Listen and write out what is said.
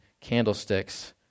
candlesticks